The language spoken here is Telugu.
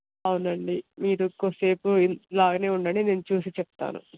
అవునండి మీరు కొంచెం సేపు ఇలాగే ఉండండి నేను చూసి చెప్తాను